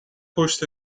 پشت